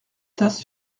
tasse